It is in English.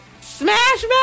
Smash